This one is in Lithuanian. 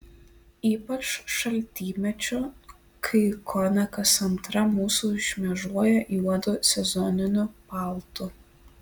ypač šaltymečiu kai kone kas antra mūsų šmėžuoja juodu sezoniniu paltu